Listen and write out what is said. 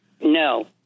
No